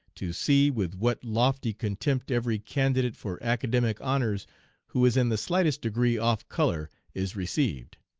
to see with what lofty contempt every candidate for academic honors who is in the slightest degree off color is received.